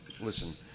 listen